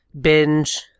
binge